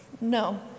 No